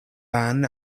ban